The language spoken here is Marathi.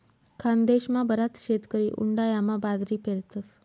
खानदेशमा बराच शेतकरी उंडायामा बाजरी पेरतस